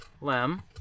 Lem